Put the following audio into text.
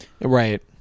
Right